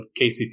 KCP